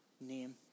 name